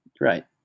right